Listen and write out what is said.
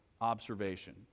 observation